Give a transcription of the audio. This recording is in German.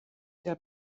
der